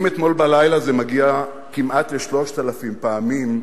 עם אתמול בלילה זה מגיע כמעט ל-3,000 פעמים,